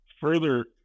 further